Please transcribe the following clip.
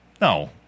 No